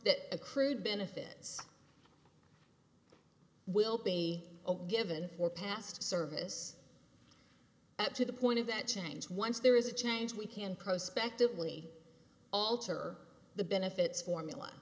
that accrued benefits will be given for past service at to the point of that change once there is a change we can prosper actively alter the benefits formula